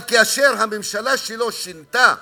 אבל כאשר הממשלה שלו שינתה,